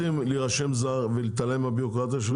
אתם רוצים להירשם זר ולהתעלם מהביורוקרטיה?